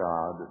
God